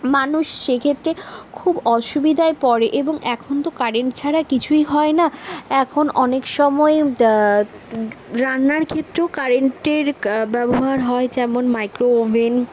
মানুষ সেই ক্ষেত্রে খুব অসুবিধায় পড়ে এবং এখন তো কারেন্ট ছাড়া কিছুই হয় না এখন অনেক সময় রান্নার ক্ষেত্রেও কারেন্টের ব্যবহার হয় যেমন মাইক্রোওভেন